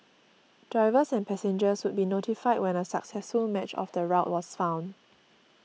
drivers and passengers would be notified when a successful match of the route was found